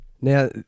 now